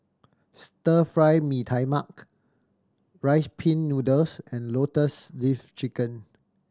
Stir Fry Mee Tai Mak Rice Pin Noodles and Lotus Leaf Chicken